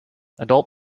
adult